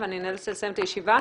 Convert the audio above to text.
ואני נאלצת לסיים את הישיבה.